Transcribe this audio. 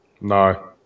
No